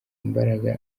imbaraga